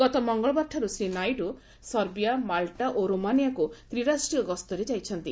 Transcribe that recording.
ଗତ ମଙ୍ଗଳବାରଠାରୁ Shri Naidu Serbia Malta ଓ ରୋମାନିଆକୁ ତ୍ରିରାଷ୍ଟ୍ରୀୟ ଗସ୍ତରେ ଯାଇଛନ୍ତି